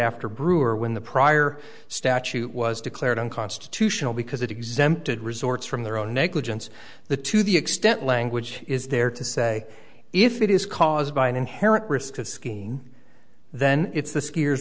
after brewer when the prior statute was declared unconstitutional because it exempted resorts from their own negligence the to the extent language is there to say if it is caused by an inherent risk of skiing then it's the skiers